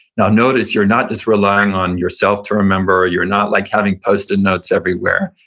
now, notice you're not just relying on yourself to remember or you're not like having post-it notes everywhere.